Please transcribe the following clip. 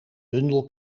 bundel